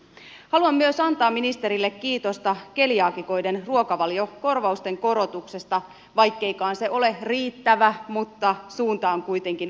haluan myös antaa ministerille kiitosta keliaakikoiden ruokavaliokorvausten korotuksesta vaikkeikaan se ole riittävä mutta suunta on kuitenkin oikea